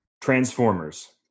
Transformers